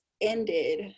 ended